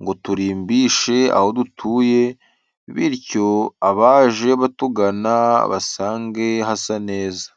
ngo turimbishe aho dutuye bityo abaje batugana basange hasa neza.